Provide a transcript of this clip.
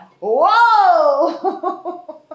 Whoa